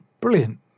brilliant